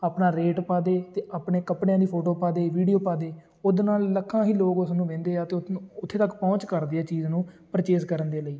ਆਪਣਾ ਰੇਟ ਪਾ ਦੇ ਅਤੇ ਆਪਣੇ ਕੱਪੜਿਆਂ ਦੀ ਫੋਟੋਆਂ ਪਾ ਦੇ ਵੀਡੀਓ ਪਾ ਦੇ ਉਹਦੇ ਨਾਲ ਲੱਖਾਂ ਹੀ ਲੋਕ ਉਸ ਨੂੰ ਵੇਖਦੇ ਆ ਅਤੇ ਉੱਥੇ ਤੱਕ ਪਹੁੰਚ ਕਰਦੇ ਆ ਚੀਜ਼ ਨੂੰ ਪਰਚੇਸ ਕਰਨ ਦੇ ਲਈ